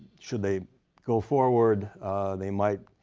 should they go forward they might